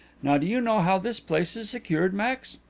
now do you know how this place is secured, max?